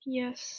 yes